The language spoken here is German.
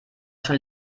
schon